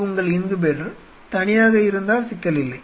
இது உங்கள் இன்குபேட்டர் தனியாக இருந்தால் சிக்கல் இல்லை